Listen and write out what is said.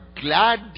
glad